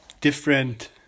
different